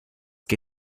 que